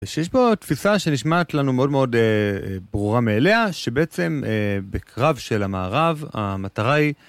יש פה תפיסה שנשמעת לנו מאוד מאוד ברורה מאליה שבעצם בקרב של המערב המטרה היא